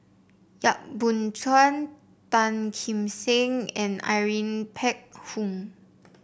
Yap Boon Chuan Tan Kim Seng and Irene Phek Hoong